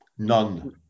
None